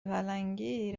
پلنگی